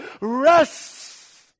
Rest